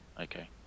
okay